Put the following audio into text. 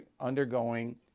undergoing